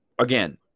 again